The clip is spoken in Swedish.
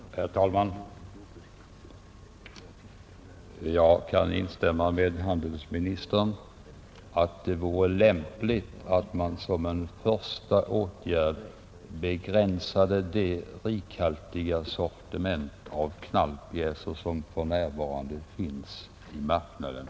Herr talman! Jag kan hålla med handelsministern om att det vore lämpligt att man som en första åtgärd begränsade det rikhaltiga sortiment av knallpjäser som för närvarande finns i marknaden.